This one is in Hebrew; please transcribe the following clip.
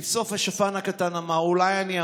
לבסוף השפן הקטן אמר: אולי אני?